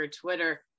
Twitter